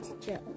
Joe